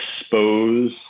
expose